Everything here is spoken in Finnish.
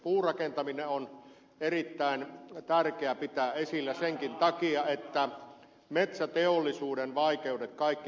puurakentaminen on erittäin tärkeä pitää esillä senkin takia että metsäteollisuuden vaikeudet kaikki tunnistetaan